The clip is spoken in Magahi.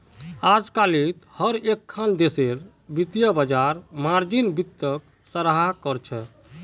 अजकालित हर एकखन देशेर वित्तीय बाजार मार्जिन वित्तक सराहा कर छेक